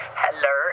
hello